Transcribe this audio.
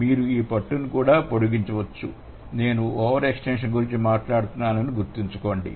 మీరు ఈ పట్టును కూడా పొడిగించవచ్చు నేను ఓవర్ ఎక్స్ టెన్షన్ గురించి మాట్లాడుతున్నానని గుర్తుంచుకోండి